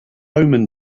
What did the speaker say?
roman